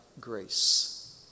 grace